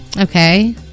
Okay